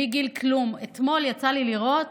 מגיל כלום, אתמול יצא לי לראות